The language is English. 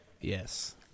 Yes